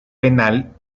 penal